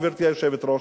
גברתי היושבת-ראש,